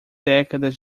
décadas